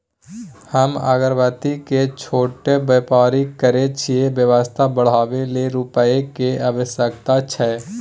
हम अगरबत्ती के छोट व्यापार करै छियै व्यवसाय बढाबै लै रुपिया के आवश्यकता छै?